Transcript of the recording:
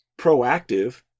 proactive